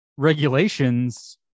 Regulations